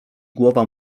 głowa